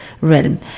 realm